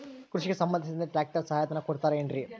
ಕೃಷಿಗೆ ಸಂಬಂಧಿಸಿದಂತೆ ಟ್ರ್ಯಾಕ್ಟರ್ ಸಹಾಯಧನ ಕೊಡುತ್ತಾರೆ ಏನ್ರಿ?